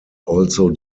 also